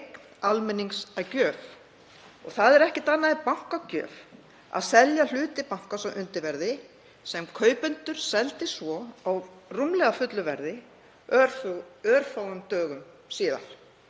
almennings að gjöf og það er ekkert annað en bankagjöf að selja hluti bankans á undirverði sem kaupendur seldu svo á rúmlega fullu verði örfáum dögum síðar.